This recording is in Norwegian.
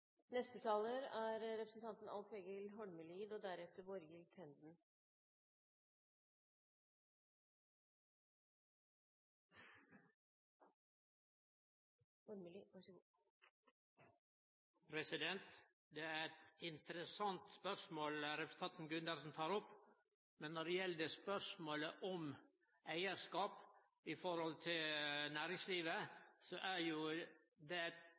og finansieringsselskaper. Det er eit interessant spørsmål representanten Gundersen tar opp, men når det gjeld spørsmålet om eigarskap i næringslivet, er det eit poeng å sjå det